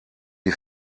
die